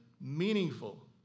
meaningful